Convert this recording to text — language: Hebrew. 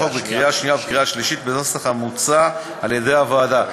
בקריאה שנייה ובקריאה שלישית בנוסח המוצע על-ידי הוועדה.